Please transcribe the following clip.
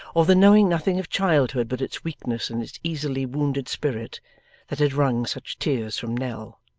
or the knowing nothing of childhood but its weakness and its easily wounded spirit that had wrung such tears from nell.